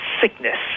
sickness